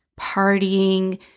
partying